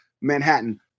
Manhattan